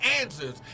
answers